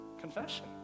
confession